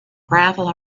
gravel